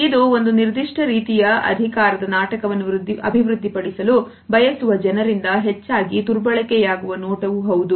ಇದು ಒಂದು ನಿರ್ದಿಷ್ಟ ರೀತಿಯ ಅಧಿಕಾರದ ನಾಟಕವನ್ನು ಅಭಿವೃದ್ಧಿಪಡಿಸಲು ಬಯಸುವ ಜನರಿಂದ ಹೆಚ್ಚಾಗಿ ದುರ್ಬಳಕೆಯಾಗುವ ನೋಟವು ಹೌದು